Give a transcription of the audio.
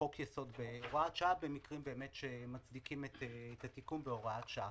חוק יסוד בהוראת שעה במקרים באמת שמצדיקים את התיקון בהוראת שעה.